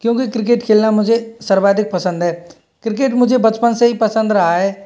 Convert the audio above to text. क्योंकि क्रिकेट खेलना मुझे सर्वाधिक पसंद है क्रिकेट मुझे बचपन से ही पसंद रहा है